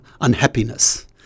unhappiness